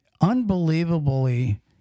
unbelievably